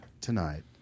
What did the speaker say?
tonight